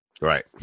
right